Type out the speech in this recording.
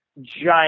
giant